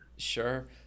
Sure